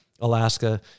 Alaska